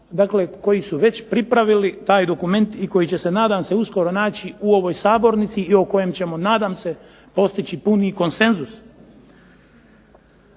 poslova, koji su već pripravili taj dokument i koji će se nadam se uskoro naći u ovoj Sabornici i o kojem ćemo nadam se postići puni konsenzus.